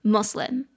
Muslim 。